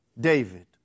David